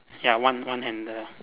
ya one one handle